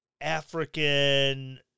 African